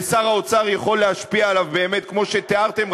ושר האוצר יכול להשפיע עליו באמת כמו שתיארתם,